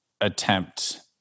attempt